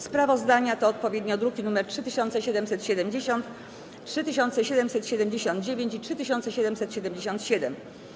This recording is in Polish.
Sprawozdania to odpowiednio druki nr 3770, 3779 i 3777.